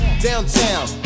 Downtown